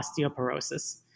osteoporosis